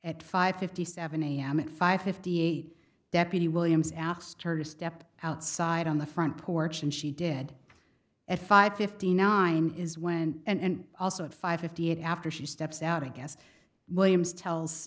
at five fifty seven am at five fifty eight deputy williams asked her to step outside on the front porch and she did at five fifty nine is when and also at five fifty eight after she steps out i guess williams tells